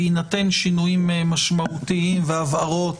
בהינתן שינויים משמעותיים והבהרות,